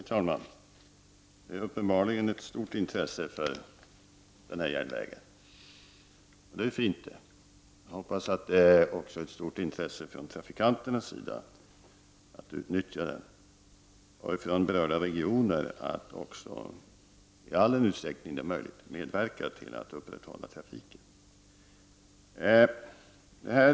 Herr talman! Det finns uppenbarligen ett stort intesse för denna järnväg, och det är fint. Jag hoppas att det också finns ett stort intresse från trafikanternas sida av att utnyttja den och ifrån berörda regioner att i all den utsträckning det är möjligt medverka till att upprätthålla trafiken.